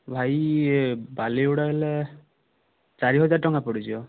ଭାଇ ବାଲିଗୁଡ଼ା ହେଲେ ଚାରି ହଜାର ଟଙ୍କା ପଡ଼ିଯିବ